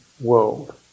world